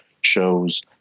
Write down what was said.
shows